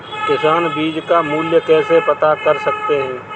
किसान बीज का मूल्य कैसे पता कर सकते हैं?